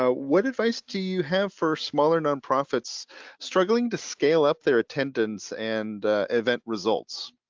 ah what advice do you have for smaller nonprofits struggling to scale up their attendance and event results?